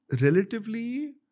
relatively